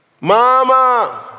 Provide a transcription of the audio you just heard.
mama